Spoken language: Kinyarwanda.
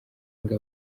ngo